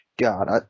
God